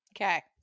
Okay